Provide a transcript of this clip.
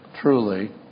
truly